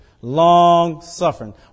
Long-suffering